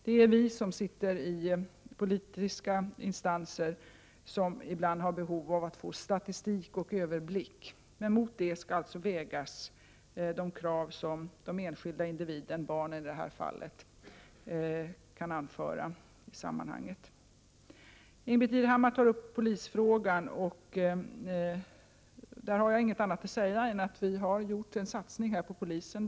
Det är vi som sitter i politiska instanser som ibland har behov av att få statistik och överblick. Men mot det skall alltså vägas de 25 krav som de enskilda individerna — barnen i det här fallet — kan anföra i sammanhanget. Ingbritt Irhammar tar upp polisfrågan. Därvidlag har jag ingenting annat att säga än att vi har gjort en satsning på polisen.